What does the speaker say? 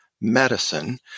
medicine